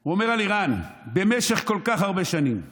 הוא אומר על איראן: במשך כל כך הרבה שנים לגלגו,